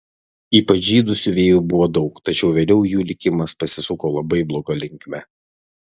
ypač žydų siuvėjų buvo daug tačiau vėliau jų likimas pasisuko labai bloga linkme